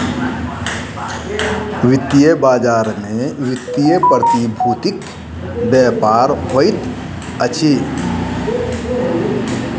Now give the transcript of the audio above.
वित्तीय बजार में वित्तीय प्रतिभूतिक व्यापार होइत अछि